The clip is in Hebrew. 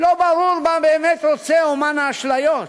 לא ברור מה באמת רוצה אמן האשליות.